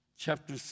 Chapter